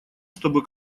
чтобы